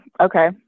Okay